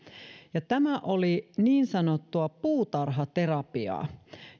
tämä oli niin sanottua puutarhaterapiaa